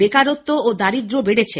বেকারত্ব ও দারিদ্র্য বেড়েছে